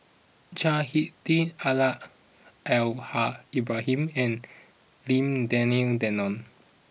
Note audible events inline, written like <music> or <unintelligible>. Chao Hick Tin <unintelligible> Al Haj Ibrahim and Lim Denan Denon